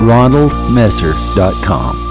RonaldMesser.com